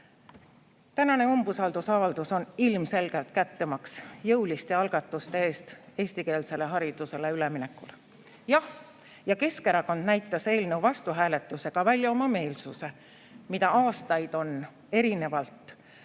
umbusaldusavaldus on ilmselgelt kättemaks jõuliste algatuste eest eestikeelsele haridusele üleminekul. Jah, Keskerakond näitas eelnõu vastu hääletamisega välja oma meelsust, mida aastaid on erinevate